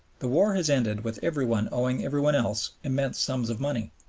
the war has ended with every one owing every one else immense sums of money.